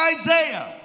Isaiah